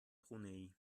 brunei